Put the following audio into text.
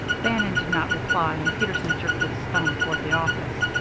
bannon did not reply, and peterson jerked his thumb toward the office.